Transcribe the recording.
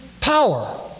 power